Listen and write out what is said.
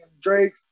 Drake